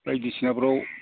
बायदिसिनाफ्राव